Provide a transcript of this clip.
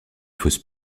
fausse